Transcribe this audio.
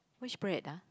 which bread ah